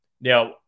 Now